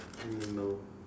animal